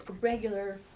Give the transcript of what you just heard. regular